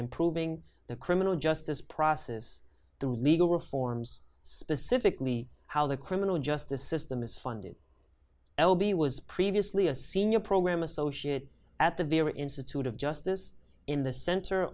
improving the criminal justice process through legal reforms specifically how the criminal justice system is funded l b was previously a senior program associate at the beer institute of justice in the center